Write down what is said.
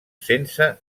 sense